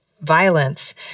violence